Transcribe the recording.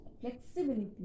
flexibility